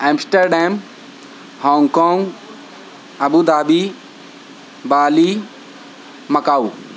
انسٹاڈیم Hong Kong Abu Dhabi Bali Macau